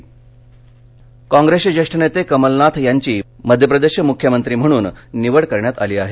मुख्यमंत्री काँग्रेसचे ज्येष्ठ नेते कमलनाथ यांची मध्यप्रदेशचे मृख्यमंत्री म्हणून निवड करण्यात आली आहे